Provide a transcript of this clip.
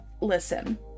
listen